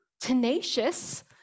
tenacious